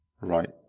Right